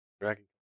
Dragon